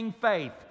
faith